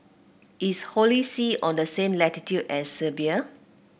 is Holy See on the same latitude as Serbia